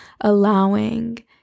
allowing